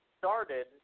started